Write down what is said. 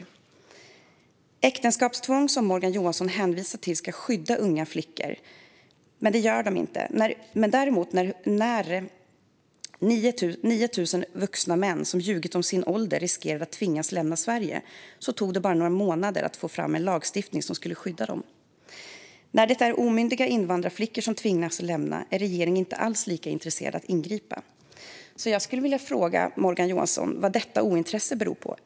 De bestämmelser om äktenskapstvång som Morgan Johansson hänvisar till ska skydda unga flickor, men det gör de inte. När 9 000 vuxna män som ljugit om sin ålder riskerade att tvingas lämna Sverige tog det bara några månader att få fram en lagstiftning som skulle skydda dem. När det däremot är omyndiga invandrarflickor som tvingas lämna Sverige är regeringen inte alls lika intresserad av att ingripa. Jag skulle vilja fråga Morgan Johansson vad detta ointresse beror på.